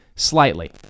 slightly